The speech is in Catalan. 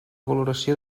valoració